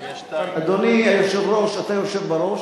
אדוני היושב-ראש, אתה יושב בראש?